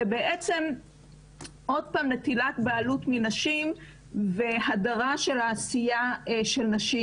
ובעצם עוד פעם נטילת בעלות מנשים והדרה של העשייה של נשים.